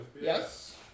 Yes